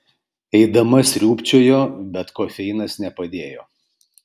eidama sriūbčiojo bet kofeinas nepadėjo